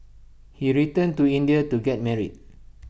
he returned to India to get married